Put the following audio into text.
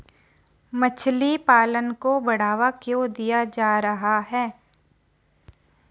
मछली पालन को बढ़ावा क्यों दिया जा रहा है?